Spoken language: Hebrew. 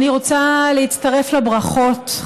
אני רוצה להצטרף לברכות,